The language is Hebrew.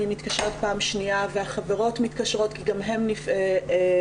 והיא מתקשרת פעם שנייה והחברות מתקשרות כי גם הן נפגעו,